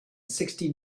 sixty